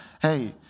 hey